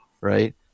right